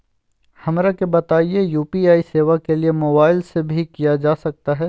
हमरा के बताइए यू.पी.आई सेवा के लिए मोबाइल से भी किया जा सकता है?